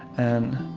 and